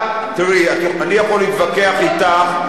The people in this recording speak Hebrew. תראי, אני יכול להתווכח אתך.